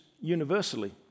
universally